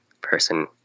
person